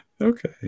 Okay